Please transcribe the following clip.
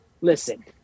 listen